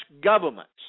governments